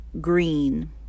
green